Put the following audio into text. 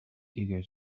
eager